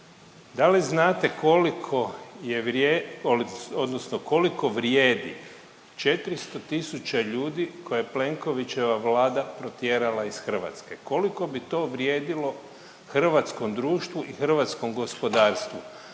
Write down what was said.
odnosno koliko vrijedi 400 000 ljudi koje je Plenkovićeva Vlada protjerala iz Hrvatske? Koliko bi to vrijedilo hrvatskom društvu, hrvatskom gospodarstvu